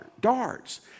darts